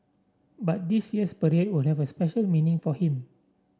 but this year's parade will have special meaning for him